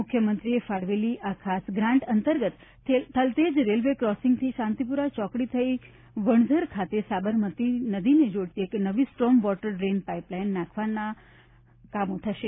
મુખ્યમંત્રીએ ફાળવેલી આ ખાસ ગ્રાન્ટ થલતેજ રેલવે ક્રોસિંગથી શાંતિપૂરા ચોકડી થઈ વણઝર ખાતે સાબરમતી નદીને જોડતી એક નવી storm water drain pipe line નાંખવા માટેના કામમાં વપરાશે